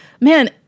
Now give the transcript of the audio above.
man